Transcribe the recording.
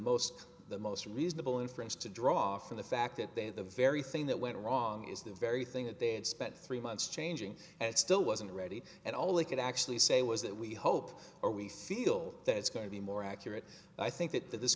most the most reasonable inference to draw from the fact that they the very thing that went wrong is the very thing that they had spent three months changing and it still wasn't ready at all they could actually say was that we hope or we feel that it's going to be more accurate i think that th